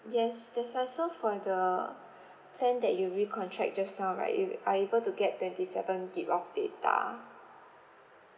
yes that's why so for the plan that you recontract just now right you are able to get twenty seven gig of data